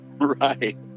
Right